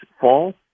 fall